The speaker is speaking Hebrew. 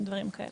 דברים כאלה.